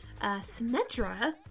Symmetra